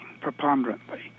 preponderantly